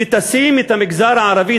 שתשים את המגזר הערבי,